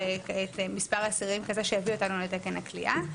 מספר אסירים כזה שיביא אותנו לתקן הכליאה.